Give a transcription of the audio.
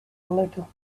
little